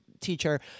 teacher –